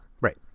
Right